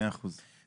מסכים איתך.